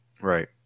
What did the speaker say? Right